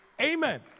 Amen